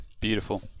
Beautiful